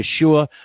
Yeshua